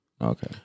Okay